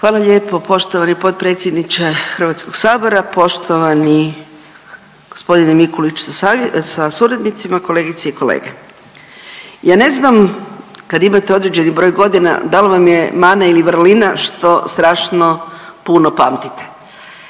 Hvala lijepo poštovani potpredsjedniče Hrvatskog sabora. Poštovani gospodine Mikuliću sa suradnicima, kolegice i kolege, ja ne znam kad imate određeni broj godina da li vam je mana ili vrlina što strašno puno pamtite.